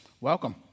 Welcome